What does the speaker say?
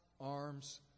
arms